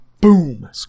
Boom